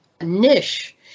niche